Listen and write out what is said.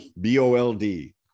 B-O-L-D